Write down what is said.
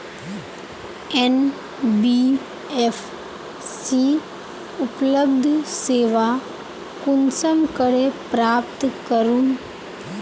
NBFC उपलब्ध सेवा कुंसम करे प्राप्त करूम?